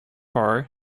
bar